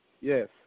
Yes